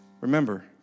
Remember